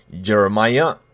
Jeremiah